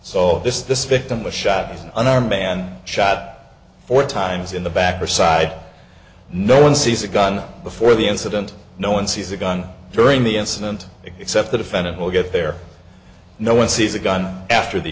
so this this victim was shot an unarmed man shot four times in the back or side no one sees a gun before the incident no one sees a gun during the incident except the defendant will get there no one sees a gun after the